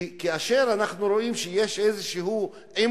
כי כאשר אנחנו רואים שיש איזה עימות